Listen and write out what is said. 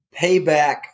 payback